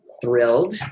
thrilled